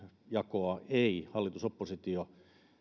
jakoa eikä hallitus oppositio